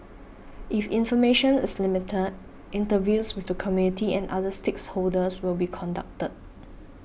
if information is limited interviews with the community and other will be conducted